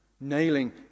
Nailing